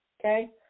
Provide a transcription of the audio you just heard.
Okay